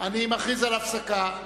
או שאכריז על הפסקה.